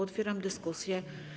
Otwieram dyskusję.